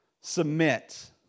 Submit